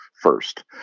first